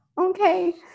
Okay